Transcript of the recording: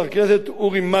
כולם חתומים.